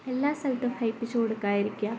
എല്ലാ സ്ഥലത്തും ഹൈപിച്ച് കൊടുക്കാതിരിക്കുക